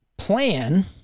plan